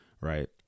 Right